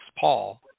Paul